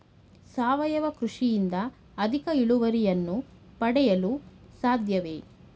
ಸಾವಯವ ಕೃಷಿಯಿಂದ ಅಧಿಕ ಇಳುವರಿಯನ್ನು ಪಡೆಯಲು ಸಾಧ್ಯವೇ?